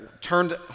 turned